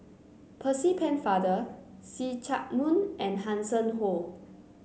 Percy Pennefather See Chak Mun and Hanson Ho